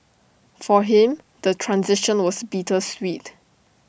for him the transition was bittersweet